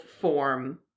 form